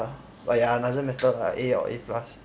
but ya doesn't matter lah A or A plus